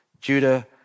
Judah